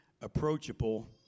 approachable